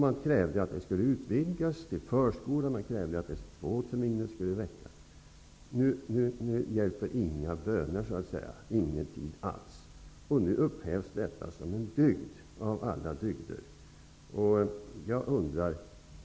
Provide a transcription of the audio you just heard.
Man krävde att det skulle utvidgas till förskolan, och man krävde att två terminer skulle räcka. Nu hjälper inga böner och ingen tid alls. Detta upphöjs som en dygd främst av alla dygder.